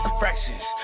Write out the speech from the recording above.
fractions